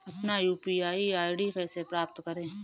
अपना UPI ID कैसे प्राप्त करें?